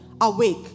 awake